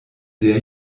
sehr